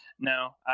No